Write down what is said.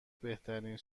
بهترین